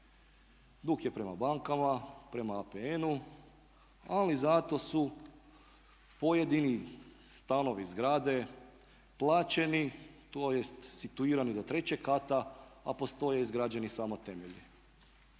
Dug je prema bankama, prema APN-u, ali zato su pojedini stanovi, zgrade plaćeni tj. situirani do trećeg kata, a postoje izgrađeni samo temelji.